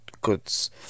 goods